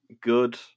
good